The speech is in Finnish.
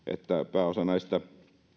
pääosa näistä